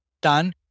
done